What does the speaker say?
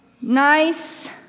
nice